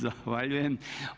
Zahvaljujem.